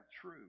true